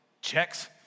checks